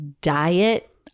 diet